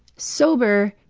sober,